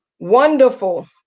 Wonderful